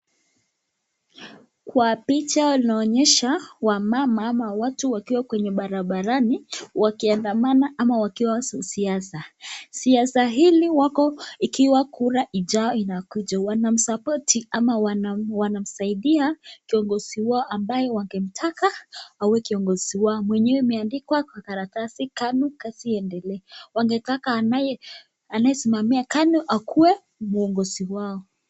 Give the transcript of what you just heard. Kwa picha inaonyesha wamama ama watu wakiwa kwenye barabarani wakiandamana ama wakiwa siasa. Siasa hili wako ikiwa kura ijayo inakuja. Wanamsupporti ama wanamsaidia kiongozi wao ambaye wangemtaka awe kiongozi wao mwenyewe imeandikwa kwa karatasi "KANU, Kazi iendelee". Wangetaka anaye anayesimamia KANU akue muongozi wao.